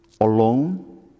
alone